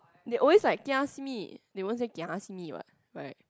they always like kia simi they won't say gia simi what right